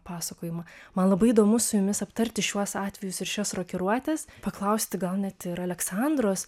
pasakojimą man labai įdomu su jumis aptarti šiuos atvejus ir šias rokiruotes paklausti gal net ir aleksandros